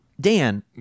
Dan